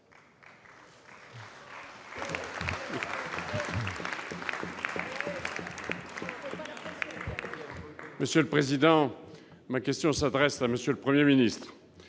Monsieur le président, ma question s'adresse à monsieur le 1er ministre